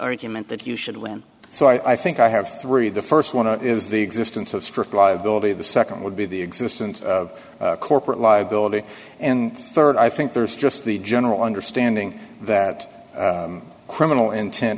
argument that you should win so i think i have three the st one is the existence of strict liability the nd would be the existence of corporate liability and rd i think there's just the general understanding that criminal intent